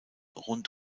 rund